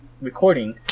recording